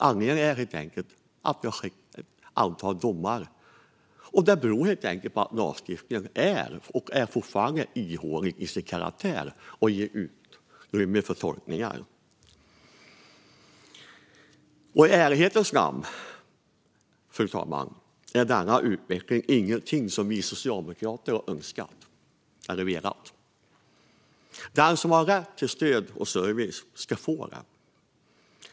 Anledningen är helt enkelt att det har kommit ett antal domar. Detta beror på att lagstiftningen fortfarande är ihålig till sin karaktär och ger utrymme för tolkningar. I ärlighetens namn, fru talman, är denna utveckling ingenting som vi socialdemokrater hade önskat eller velat se. Den som har rätt till stöd och service ska få det.